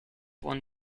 want